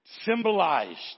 symbolized